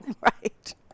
Right